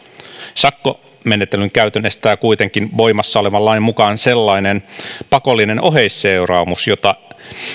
sakkomenettelyn käytön estää kuitenkin voimassa olevan lain mukaan sellainen pakollinen oheisseuraamus jota